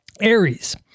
aries